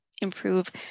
improve